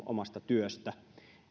omasta työstä